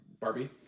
Barbie